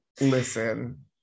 listen